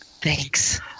Thanks